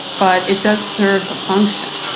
but it does serve a function.